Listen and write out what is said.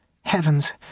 Heavens